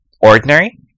ordinary